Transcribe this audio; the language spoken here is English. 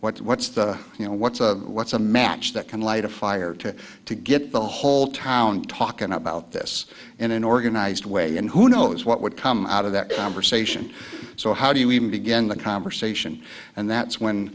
what's the you know what's a what's a match that can light a fire to to get the whole town talking about this in an organized way and who knows what would come out of that conversation so how do you even begin the conversation and that's